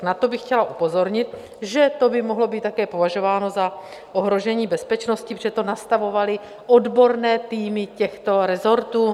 Na to bych chtěla upozornit, že to by mohlo být také považováno za ohrožení bezpečnosti, protože to nastavovaly odborné týmy těchto resortů.